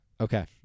Okay